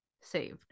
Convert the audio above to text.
Saved